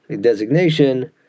designation